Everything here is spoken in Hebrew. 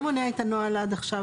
מה מונע את הנוהל עד עכשיו?